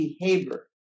behavior